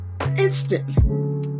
instantly